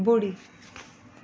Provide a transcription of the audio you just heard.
ॿुड़ी